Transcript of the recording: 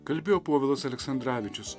kalbėjo povilas aleksandravičius